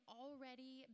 already